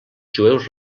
jueus